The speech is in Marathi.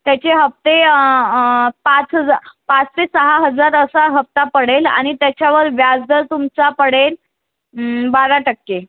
त्याचे हफ्ते आं पाच हजार पाच ते सहा हजार असा हफ्ता पडेल आणि त्याच्यावर व्याजदर तुमचा पडेल बारा टक्के